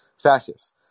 fascists